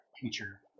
future